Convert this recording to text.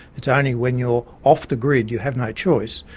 it's only when you're off the grid, you have no choice,